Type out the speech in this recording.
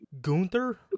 Gunther